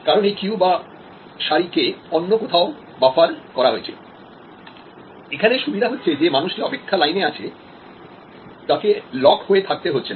কারণ এই কিউ কে অন্য কোথাও বাফার করা হয়েছে এখানে সুবিধা হচ্ছে যে মানুষটি অপেক্ষা লাইনে আছে তাকে লক হয়ে থাকতে হচ্ছে না